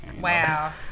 Wow